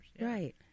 Right